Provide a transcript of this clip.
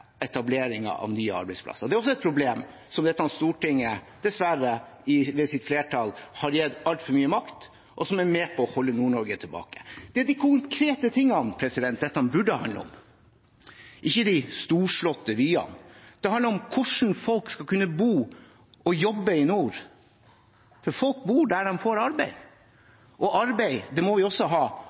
av nye arbeidsplasser. Det er også et problem som dette stortinget dessverre ved sitt flertall har gitt altfor mye makt, og som er med på å holde Nord-Norge tilbake. Det er de konkrete tingene dette burde handle om, ikke de storslåtte vyene. Det handler om hvordan folk skal kunne bo og jobbe i nord. Folk bor der de får arbeid, og arbeid må vi også ha